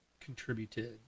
contributed